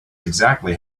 exactly